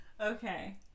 Okay